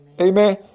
Amen